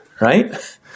right